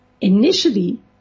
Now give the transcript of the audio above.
Initially